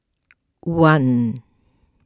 one